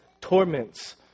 torments